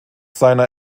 seiner